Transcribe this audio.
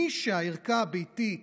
מי שהערכה הביתית